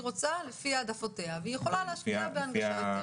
רוצה ולפי העדפותיה והיא יכולה להשקיע באנשיה יותר.